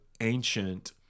ancient